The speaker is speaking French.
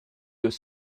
deux